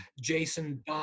Jason